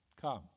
come